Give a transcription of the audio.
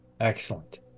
Excellent